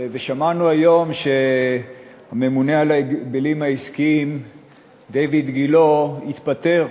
ושמענו היום שהממונה על ההגבלים העסקיים דיויד גילה התפטר.